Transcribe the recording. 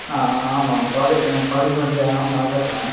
आ आ आम् आम् काले कालेज् मध्ये अहं आगतवान्